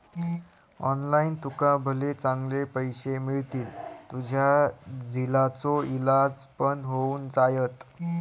online तुका भले चांगले पैशे मिळतील, तुझ्या झिलाचो इलाज पण होऊन जायत